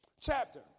chapter